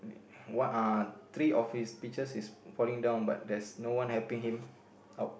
what are three office pictures is falling down but there's no one helping him out